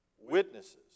witnesses